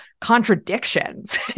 contradictions